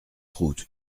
route